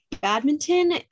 badminton